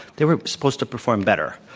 they were supposed to perform better.